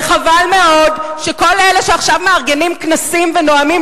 וחבל מאוד שכל אלה שעכשיו מארגנים כנסים ונואמים